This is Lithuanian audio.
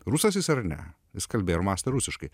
rusas jis ar ne jis kalbėjo ir mąstė rusiškai